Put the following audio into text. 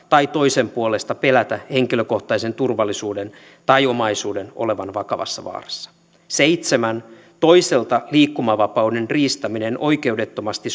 tai toisen puolesta pelätä henkilökohtaisen turvallisuuden tai omaisuuden olevan vakavassa vaarassa seitsemän toiselta liikkumavapauden riistäminen oikeudettomasti